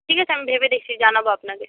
ঠিক আছে আমি ভেবে দেখছি জানাব আপনাকে